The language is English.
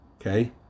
okay